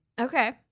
okay